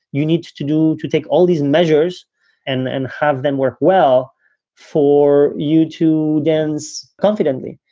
you need to do to take all these measures and and have them work well for you to dance confidently.